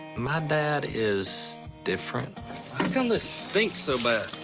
my dad is different. how come this stinks so bad?